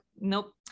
Nope